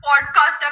podcast